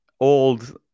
Old